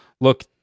look